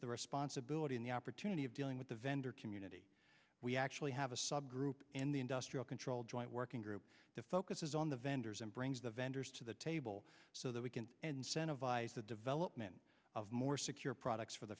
the responsibility in the opportunity of dealing with the vendor community we actually have a subgroup in the industrial control joint working group the focus is on the vendors and brings the vendors to the table so that we can incentivize the development of more secure products for the